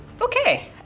Okay